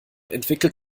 entwickelt